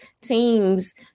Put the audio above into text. teams